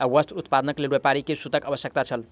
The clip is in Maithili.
वस्त्र उत्पादनक लेल व्यापारी के सूतक आवश्यकता छल